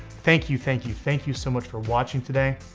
thank you, thank you, thank you so much for watching today.